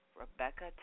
Rebecca